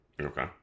Okay